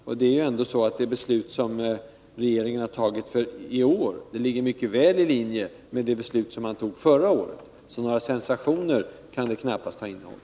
Och det beslut som regeringen fattat i år ligger ju mycket väl i linje med det beslut som man tog förra året, så några sensationer kan det knappast ha innehållit.